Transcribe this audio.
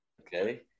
Okay